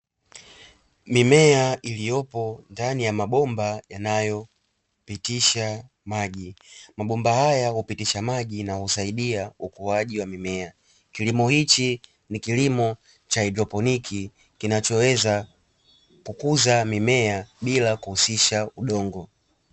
Mimea iliyopo ndani ya mabomba yanayopitisha maji. Mabomba haya hupitisha maji na husaidia ukuaji wa mimea. Kilimo hichi ni kilimo cha haidroponi kinachoweza kukuza mimea bila kuhusisha udongo.